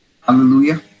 Hallelujah